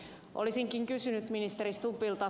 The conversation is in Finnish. olisinkin kysynyt ministeri stubbilta